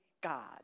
God